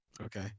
okay